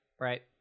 right